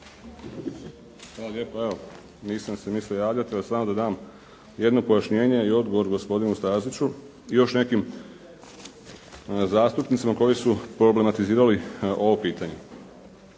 Hvala lijepa. Evo, nisam se mislio javljati, ali samo da dam jedno pojašnjenje i odgovor gospodinu Staziću i još nekim zastupnicima koji su problematizirali ovo pitanje.